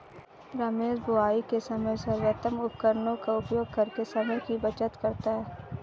रमेश बुवाई के समय सर्वोत्तम उपकरणों का उपयोग करके समय की बचत करता है